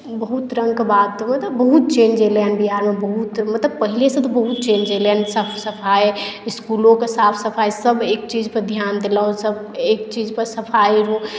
बहुत रङ्गके बात मतलब बहुत चेंज एलै हन बिहारमे बहुत मतलब पहिलेसँ तऽ बहुत चेंज एलै हन साफ सफाइ इस्कुलोके साफ सफाइसभ एक चीजके ध्यान देलहुँ सभ एक चीजपर सफाइ